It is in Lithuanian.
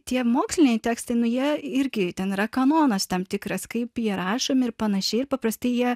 tie moksliniai tekstai nu jie irgi ten yra kanonas tam tikras kaip jie rašomi ir panašiai ir paprastai jie